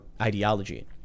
ideology